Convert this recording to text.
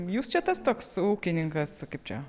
jūs čia tas toks ūkininkas kaip čia